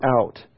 out